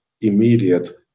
immediate